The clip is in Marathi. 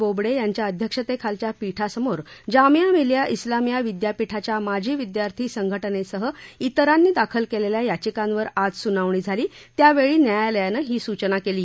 बोबडे यांच्या अध्यक्षतेखालच्या पीठासमोर जामिया मिलिया उलामीया विद्यापीठाच्या माजी विद्यार्थी संघटनेसह त्रिरांनी दाखल केलेल्या याचिकांवर आज सुनावणी झाली त्यावेळी न्यायालयानं ही सूचना केली